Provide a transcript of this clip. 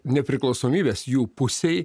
nepriklausomybės jų pusėj